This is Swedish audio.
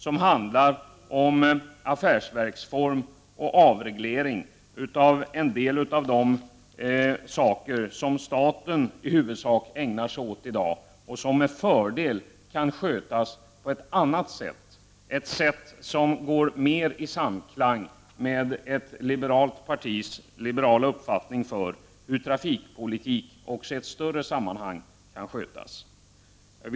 Det handlar då om affärsverksformen och om avregleringen — en del av de saker som staten i huvudsak ägnar sig åt i dag, men som med fördel kan skötas på ett annat sätt, dvs. i större samklang med ett liberalt partis uppfattning om hur trafikpolitiken kan skötas också i ett större sammanhang. Herr talman!